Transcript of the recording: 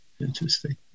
Interesting